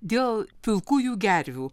dėl pilkųjų gervių